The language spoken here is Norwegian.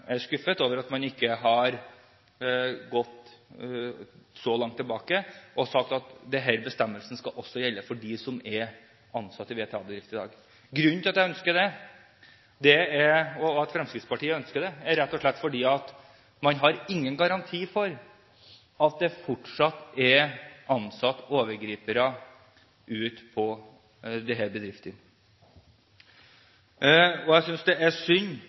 jeg må si at jeg er skuffet over at man ikke har sagt at denne bestemmelsen også skal gjelde for dem som er ansatt i VTA-bedrifter i dag. Grunnen til at Fremskrittspartiet ønsker det, er rett og slett at man ikke har noen garanti mot at det fortsatt er ansatt overgripere i disse bedriftene. Jeg synes det er synd